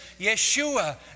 Yeshua